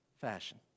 fashion